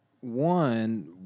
one